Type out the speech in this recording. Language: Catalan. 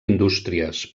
indústries